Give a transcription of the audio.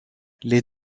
les